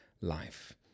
life